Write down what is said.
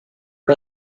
设备